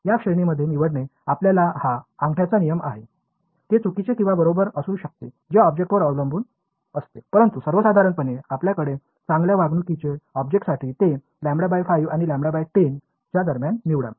या श्रेणीमध्ये निवडणे आपल्याला हा अंगठाचा नियम आहे ते चुकीचे किंवा बरोबर असू शकते जे ऑब्जेक्टवर अवलंबून असते परंतु सर्वसाधारणपणे आपल्याकडे चांगल्या वागणूकचे ऑब्जेक्टसाठी ते λ 5 आणि λ 10 च्या दरम्यान निवडा